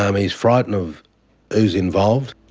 um he is frightened of who's involved.